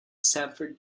stamford